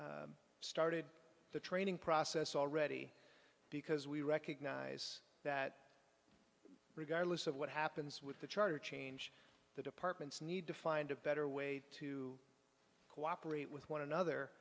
started the training process already because we recognize that regardless of what happens with the charter change the departments need to find a better way to cooperate with one another